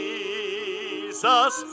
Jesus